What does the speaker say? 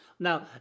Now